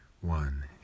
one